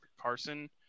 Carson